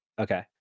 Okay